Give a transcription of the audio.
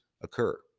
occur